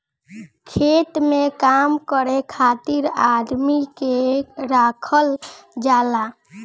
खेत में काम करे खातिर आदमी के राखल जाला